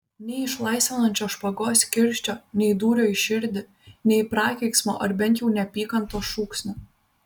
nei išlaisvinančio špagos kirčio nei dūrio į širdį nei prakeiksmo ar bent jau neapykantos šūksnio